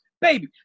baby